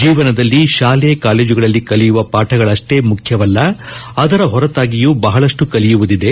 ಜೀವನದಲ್ಲಿ ಶಾಲೆ ಕಾಲೇಜುಗಳಲ್ಲಿ ಕಲಿಯುವ ಪಾಠಗಳಷ್ಲೇ ಮುಖ್ಯವಲ್ಲ ಅದರ ಹೊರತಾಗಿಯೂ ಬಹಳಷ್ಟು ಕಲಿಯುವುದಿದೆ